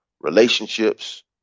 relationships